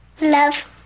Love